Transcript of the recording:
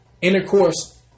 Intercourse